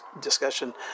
discussion